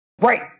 Right